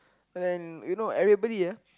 and then you know everybody ah